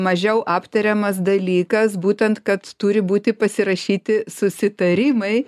mažiau aptariamas dalykas būtent kad turi būti pasirašyti susitarimai